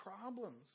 problems